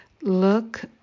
look